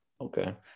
Okay